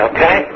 Okay